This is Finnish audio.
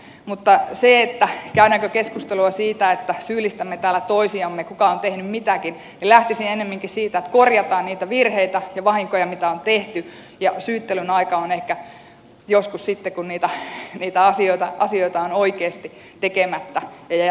mutta kun käydään keskustelua siitä että syyllistämme täällä toisiamme kuka on tehnyt mitäkin niin lähtisin ennemminkin siitä että korjataan niitä virheitä ja vahinkoja mitä on tehty ja syyttelyn aika on ehkä joskus sitten kun niitä asioita on oikeasti tekemättä ja jätetty hoitamatta